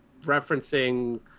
referencing